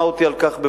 שמע אותי על כך,